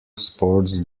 sports